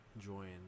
join